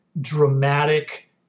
dramatic